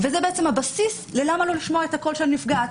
וזה בעצם הבסיס למה לא לשמוע את הקול של הנפגעת.